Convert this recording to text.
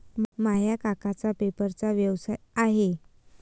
माझ्या काकांचा पेपरचा व्यवसाय आहे